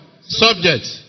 subject